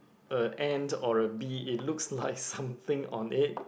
a ant or a bee it looks like something on it